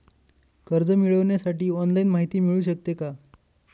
कर्ज मिळविण्यासाठी ऑनलाईन माहिती मिळू शकते का?